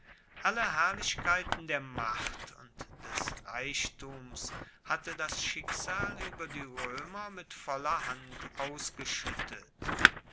alle herrlichkeiten der macht und des reichtums hatte das schicksal ueber die roemer mit voller hand ausgeschuettet